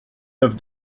neuf